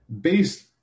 based